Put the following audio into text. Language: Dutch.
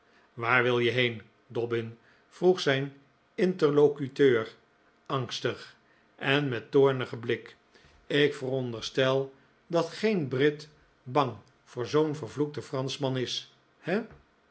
waar wil je heen dobbin vroeg zijn interlocuteur angstig en met toornigen blik ik veronderstel dat geen brit bang voor zoo'n vervloekten franschman is he